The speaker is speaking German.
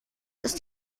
ist